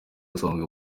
usanzwe